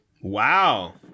wow